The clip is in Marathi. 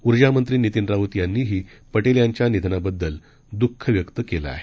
ऊर्जामंत्री नितीन राऊत यांनीही पटेल यांच्या निधनाबद्दल दुःख व्यक्त केलं आहे